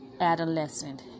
adolescent